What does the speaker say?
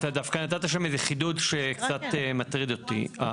אתה דווקא נתת שם איזה חידוד שקצת מטריד אותי.